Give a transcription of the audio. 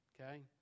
Okay